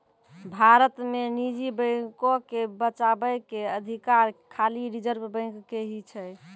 भारत मे निजी बैको के बचाबै के अधिकार खाली रिजर्व बैंक के ही छै